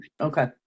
Okay